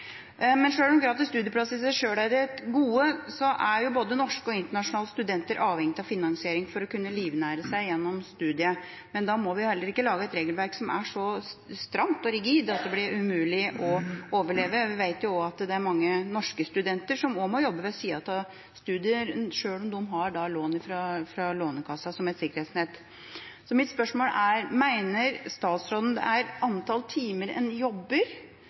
Sjøl om gratis studieplasser i seg sjøl er et gode, er både norske og internasjonale studenter avhengig av finansiering for å kunne livnære seg gjennom studiet. Men da må vi ikke lage et regelverk som er så stramt og rigid at det blir umulig å overleve. Vi vet at det er mange norske studenter som også må jobbe ved siden av studiet, sjøl om de har lån fra Lånekassen som et sikkerhetsnett. Mitt spørsmål er: Mener statsråden at det er antall timer en jobber,